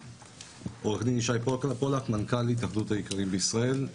עו"ד ישי פולק, מנכ"ל התאחדות האיכרים בישראל.